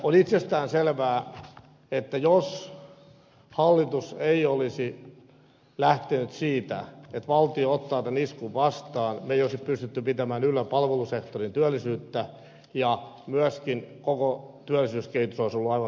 on itsestäänselvää että jos hallitus ei olisi lähtenyt siitä että valtio ottaa tämän iskun vastaan me emme olisi pystyneet pitämään yllä palvelusektorin työllisyyttä ja myöskin koko työllisyyskehitys olisi ollut aivan toisenlainen